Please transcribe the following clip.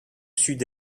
sud